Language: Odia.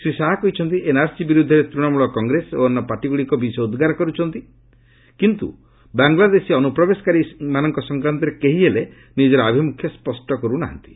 ଶ୍ରୀ ଶାହା କହିଛନ୍ତି ଏନ୍ଆର୍ସି ବିରୁଦ୍ଧରେ ତ୍ଦଶମଳ କଂଗ୍ରେସ ଓ ଅନ୍ୟ ପାର୍ଟିଗୁଡ଼ିକ ବିଷ ଉଦ୍ଗାର କରୁଛନ୍ତି କିନ୍ତୁ ବାଙ୍ଗଲାଦେଶୀ ଅନୁପ୍ରବେଶକାରୀ ସଂକ୍ରାନ୍ତରେ କେହି ହେଲେ ନିଜର ଆଭିମୁଖ୍ୟ ସ୍ୱଷ୍ଟ କରୁ ନାହାନ୍ତି